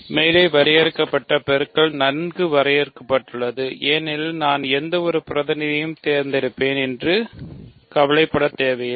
மேலே வரையறுக்கப்பட்ட பெருக்கல் நன்கு வரையறுக்கப்பட்டுள்ளது ஏனெனில் நான் எந்த பிரதிநிதியைத் தேர்ந்தெடுப்பேன் என்று கவலைப்படத் தேவையில்லை